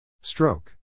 Stroke